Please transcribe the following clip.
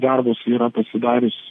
darbus yra pasidarius